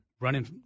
running